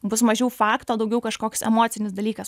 bus mažiau faktų o daugiau kažkoks emocinis dalykas